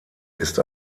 ist